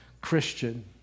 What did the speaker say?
Christian